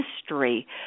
history